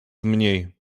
mniej